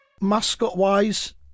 Mascot-wise